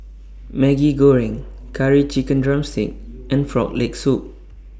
Maggi Goreng Curry Chicken Drumstick and Frog Leg Soup